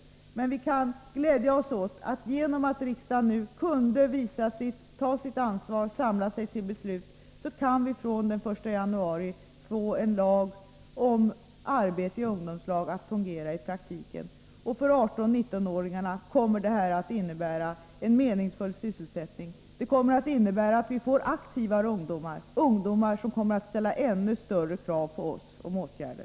Vi kan emellertid glädja oss åt att genom att riksdagen nu kunde ta sitt ansvar och samla sig till beslut kan vi från den 1 januari få en lag om arbete i ungdomslag att fungera i praktiken. För 18-19-åringarna kommer detta att innebära en meningsfull sysselsättning. Det kommer att innebära att vi får aktivare ungdomar, ungdomar som kommer att ställa ännu större krav på oss om åtgärder.